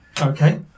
Okay